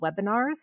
webinars